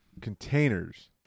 containers